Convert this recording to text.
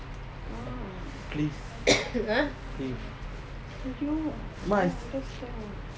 please please